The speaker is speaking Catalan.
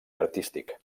artístic